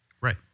Right